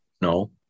no